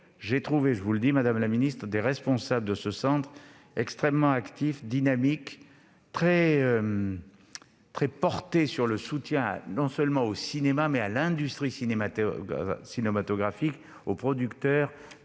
j'ai trouvé, madame la ministre, les responsables de ce centre extrêmement actifs, dynamiques, très portés sur le soutien au cinéma, mais aussi à l'industrie cinématographique, aux producteurs,